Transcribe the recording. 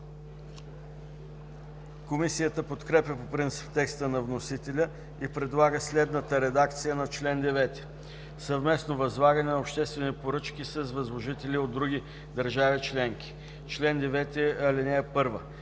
Комисията подкрепя по принцип текста на вносителя и предлага следната редакция на чл. 9: „Съвместно възлагане на обществени поръчки с възложители от други държави членки Чл. 9. (1)